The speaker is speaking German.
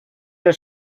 der